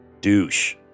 Douche